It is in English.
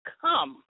come